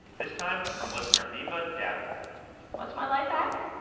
this time from listener viva dadwal what's my life hack?